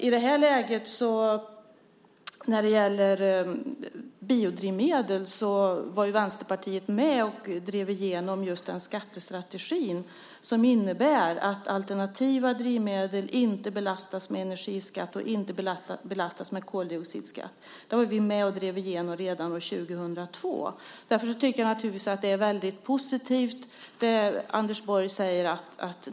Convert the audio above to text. I det här läget, när det gäller biodrivmedel, var Vänsterpartiet med och drev igenom just den skattestrategi som innebär att alternativa drivmedel inte belastas med energiskatt eller koldioxidskatt. Det var vi med och drev igenom redan 2002. Därför tycker jag naturligtvis att det som Anders Borg säger är väldigt positivt.